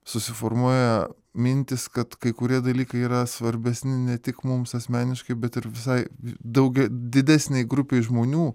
susiformuoja mintys kad kai kurie dalykai yra svarbesni ne tik mums asmeniškai bet ir visai daugia didesnei grupei žmonių